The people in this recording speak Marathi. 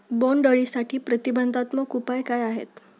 बोंडअळीसाठी प्रतिबंधात्मक उपाय काय आहेत?